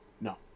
No